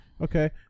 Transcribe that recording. Okay